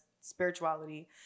spirituality